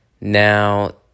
now